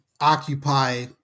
occupy